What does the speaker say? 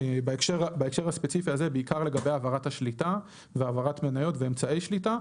בהקשר הספציפי הזה בעיקר לגבי העברת השליטה והעברת מניות ואמצעי שליטה.